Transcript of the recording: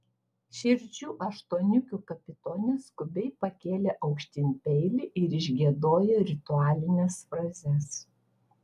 širdžių aštuoniukių kapitonė skubiai pakėlė aukštyn peilį ir išgiedojo ritualines frazes